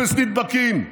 אפס נדבקים,